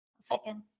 Second